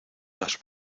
las